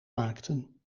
maakten